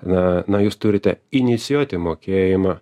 na na jūs turite inicijuoti mokėjimą